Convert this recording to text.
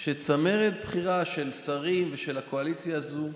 שצמרת בכירה של שרים ושל הקואליציה הזאת,